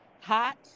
hot